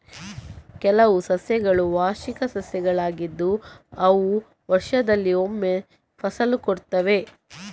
ಕೆಲವು ಸಸ್ಯಗಳು ವಾರ್ಷಿಕ ಸಸ್ಯಗಳಾಗಿದ್ದು ಅವು ವರ್ಷದಲ್ಲಿ ಒಮ್ಮೆ ಫಸಲು ಕೊಡ್ತವೆ